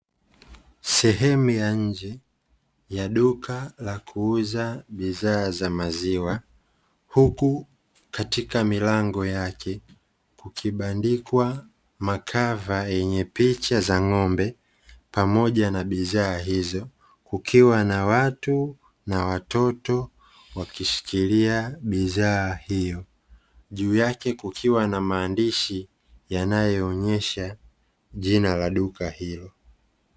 Sehemu ya nje ya duka la kuuza bidhaa za maziwa, huku katika milango yake kukibandikwa makava yenye picha za ng'ombe, pamoja na bidhaa hizo, kukiwa na watu na watoto wakishikilia bidhaa hiyo, juu yake kukiwa na maandishi yanayoonesha jina la duka hilo.